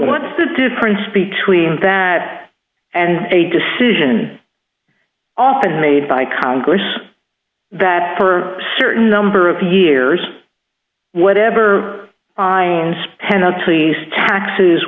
what's the difference between that and a decision often made by congress that for certain number of years whatever